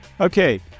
Okay